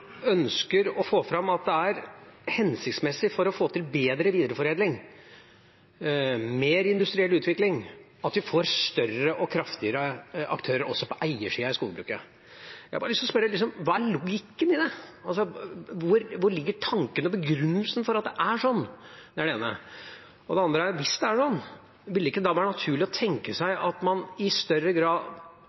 ønsker å få fram at det er hensiktsmessig for å få til bedre videreforedling, mer industriell utvikling, at vi får større og kraftigere aktører også på eiersida i skogbruket. Jeg har lyst til å spørre: Hva er logikken i det? Hvor ligger tanken og begrunnelsen for at det er sånn? Det er det ene. Det andre er: Hvis det er sånn, ville det ikke være naturlig å tenke seg at man i større grad